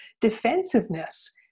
defensiveness